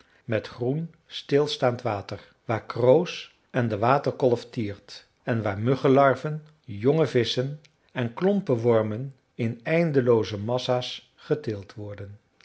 met groen stilstaand water waar kroos en de waterkolf tiert en waar muggenlarven jonge visschen en klompen wormen in eindelooze massa's geteeld worden